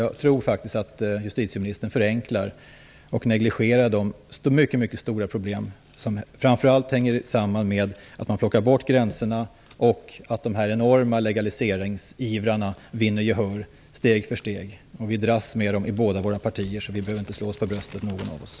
Jag tror faktiskt att justitieministern förenklar och negligerar de mycket stora problem som framför allt hänger samman med att man plockar bort gränserna och att legaliseringsivrarna vinner gehör steg för steg. Vi dras med dem i båda våra partier. Så ingen av oss behöver slå oss för bröstet.